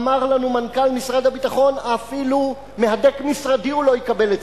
אמר לנו מנכ"ל משרד הביטחון: אפילו מהדק משרדי הוא לא יקבל אצלי.